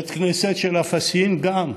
בית כנסת של אלפסין, גם,